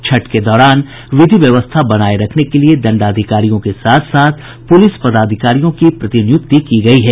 छठ के दौरान विधि व्यवस्था बनाये रखने के लिए दंडाधिकारियों के साथ साथ पुलिस पदाधिकारियों की प्रतिनियुक्ति की गयी है